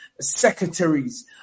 secretaries